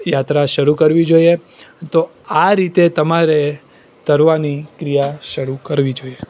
યાત્રા શરૂ કરવી જોઈએ તો આ રીતે તમારે તરવાની ક્રિયા શરૂ કરવી જોઈએ